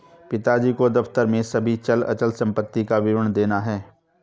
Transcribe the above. पिताजी को दफ्तर में सभी चल अचल संपत्ति का विवरण देना है